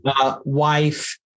wife